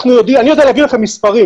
אני יודע להגיד לכם מספרים.